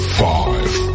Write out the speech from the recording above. five